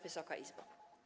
Wysoka Izbo!